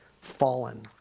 fallen